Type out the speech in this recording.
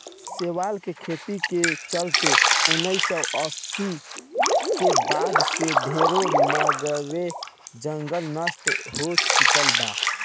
शैवाल के खेती के चलते उनऽइस सौ अस्सी के बाद से ढरे मैंग्रोव जंगल नष्ट हो चुकल बा